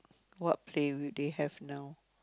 what play will they have now